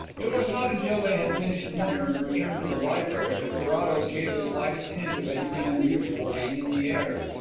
it was not until they had finished dinner and returned to the library that carrados gave the slightest hint of anything unusual being in the air.